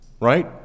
right